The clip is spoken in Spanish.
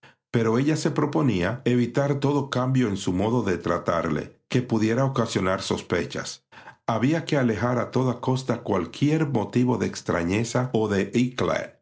pero ella se proponía evitar todo cambio en su modo de tratarle que pudiera ocasionar sospechas había que alejar a toda costa cualquier motivo de extrañeza o de